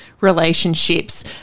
relationships